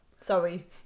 Sorry